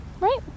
right